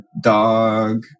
dog